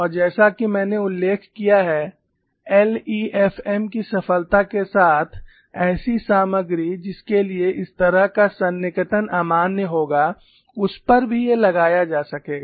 और जैसा कि मैंने उल्लेख किया है एलईएफएम की सफलता के साथ ऐसी सामग्री जिसके लिए इस तरह का सन्निकटन अमान्य होगा उसपर भी ये लगाया जा सकेगा